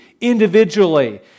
individually